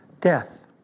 Death